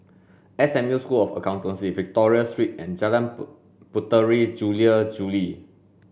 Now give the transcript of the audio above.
S M U School of Accountancy Victoria Street and Jalan Put Puteri Jula Juli